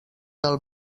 del